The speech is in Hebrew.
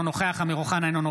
אינו נוכח אמיר אוחנה,